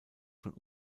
von